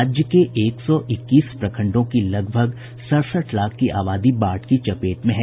राज्य के एक सौ इक्कीस प्रखंडों की लगभग सड़सठ लाख की आबादी बाढ़ की चपेट में है